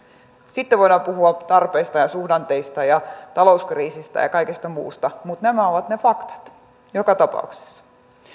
sitten voidaan puhua tarpeista ja suhdanteista ja talouskriisistä ja kaikesta muusta mutta nämä ovat ne faktat joka tapauksessa